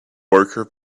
worker